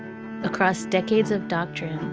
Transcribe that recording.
across decades of doctrine,